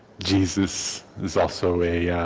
jesus is also a